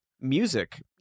music